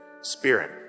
Spirit